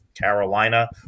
Carolina